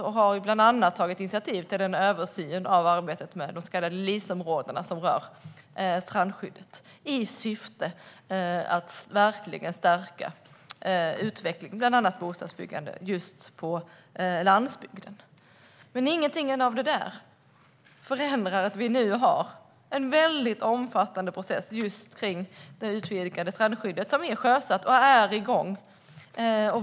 Han har bland annat tagit initiativ till en översyn av arbetet med de så kallade LIS-områdena som rör strandskyddet, i syfte att verkligen stärka utvecklingen av bland annat bostadsbyggande på landsbygden. Ingenting av detta förändrar att det nu råder en omfattande process om det utvidgade strandskyddet, som är sjösatt och är igång.